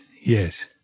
yes